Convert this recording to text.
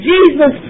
Jesus